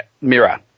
mirror